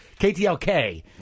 KTLK